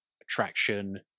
attraction